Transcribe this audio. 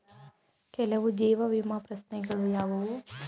ಕೆಲವು ಜೀವ ವಿಮಾ ಪ್ರಶ್ನೆಗಳು ಯಾವುವು?